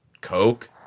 Coke